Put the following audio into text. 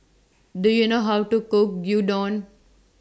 Do YOU know How to Cook Gyudon